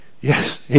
Yes